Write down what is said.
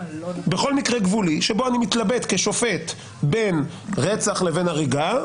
שבו אני מתלבט כשופט בין רצח לבין הריגה,